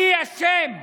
גפני, אני אשם בזה,